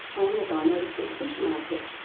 and as i noticed at the fish markets,